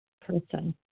person